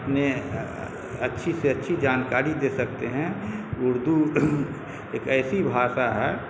اپنے اچھی سے اچھی جانکاری دے سکتے ہیں اردو ایک ایسی بھاشا ہے